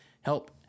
help